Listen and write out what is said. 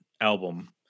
album